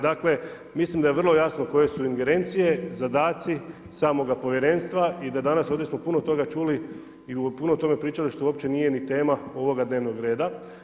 Dakle, mislim da je vrlo jasno koje su ingerencije, zadaci samoga Povjerenstva i danas ovdje smo puno toga čuli i puno tome pričali što uopće nije ni tema ovoga dnevnog reda.